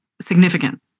significant